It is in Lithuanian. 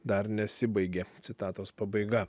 dar nesibaigė citatos pabaiga